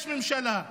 יש ממשלה,